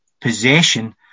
possession